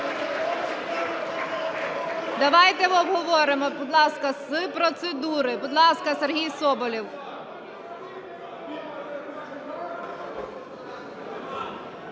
Давайте обговоримо, будь ласка, з процедури.